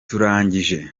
turangije